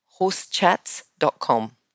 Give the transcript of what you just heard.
Horsechats.com